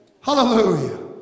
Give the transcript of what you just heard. Hallelujah